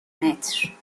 متر